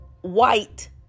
white